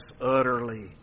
utterly